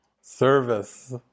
service